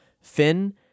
Finn